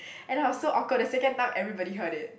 and I was so awkward the second time everybody heard it